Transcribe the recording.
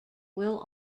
will